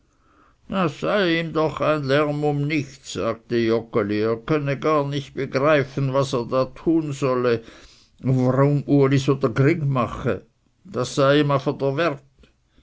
sei ihm doch ein lärm um nichts sagte joggeli er könne gar nicht begreifen was er da tun solle und warum uli so dr gring mache das sei ihm afe dr